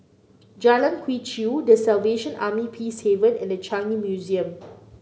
Jalan Quee Chew The Salvation Army Peacehaven and The Changi Museum